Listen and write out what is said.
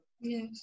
Yes